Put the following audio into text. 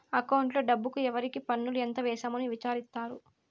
అకౌంట్లో డబ్బుకు ఎవరికి పన్నులు ఎంత వేసాము అని విచారిత్తారు